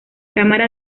cámara